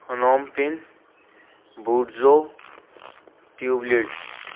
نوم پن بوڈزو ٹیوبلیٹس